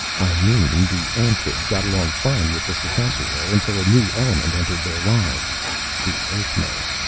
i mean the amphibs got along fine with the ssassaror until a new element entered their lives the earthmen.